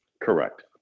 Correct